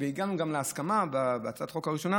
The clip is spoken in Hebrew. והגענו להסכמה בהצעת החוק הראשונה